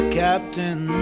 captain